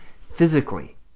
physically